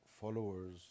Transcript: followers